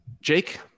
Jake